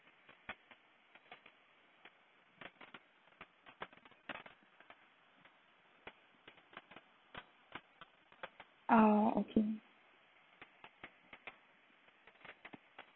uh okay